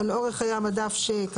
המדף.